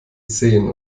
zehn